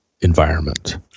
environment